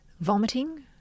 vomiting